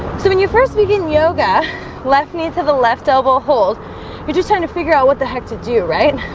so when you first begin yoga left knee to the left elbow hold you're just trying to figure out what the heck to do, right?